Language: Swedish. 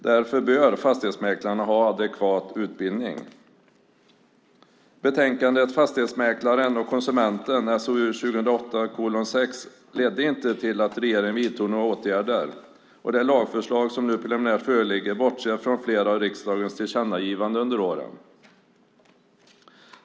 Därför bör fastighetsmäklarna ha adekvat utbildning. Betänkandet Fastighetsmäklaren och konsumenten, SOU 2008:6, ledde inte till att regeringen vidtog några åtgärder, och det lagförslag som nu preliminärt föreligger bortser från flera av riksdagens tillkännagivanden under åren.